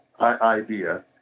idea